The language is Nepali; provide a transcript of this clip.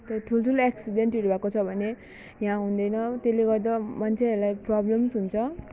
त्यो ठुल्ठुलो एक्सिडेन्टहरू भएको छ भने यहाँ हुँदैन त्यसले गर्दा मान्छेहरूलाई प्रब्लम्स हुन्छ